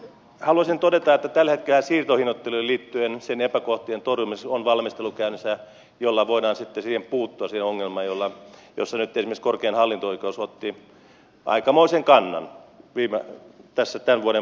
haluaisin todeta että tällä hetkellä siirtohinnoitteluun liittyen sen epäkohtien torjumiseksi on valmistelu käynnissä jolla voidaan sitten puuttua siihen ongelmaan jossa nyt esimerkiksi korkein hallinto oikeus otti aikamoisen kannan tässä tämän vuoden puolella